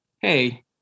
hey